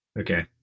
Okay